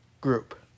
group